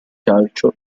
calcio